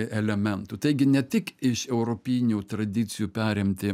elementų taigi ne tik iš europinių tradicijų perimti